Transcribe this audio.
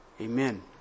Amen